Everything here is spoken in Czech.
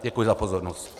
Děkuji za pozornost.